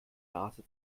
nase